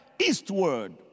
Eastward